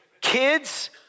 Kids